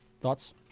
Thoughts